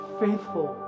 faithful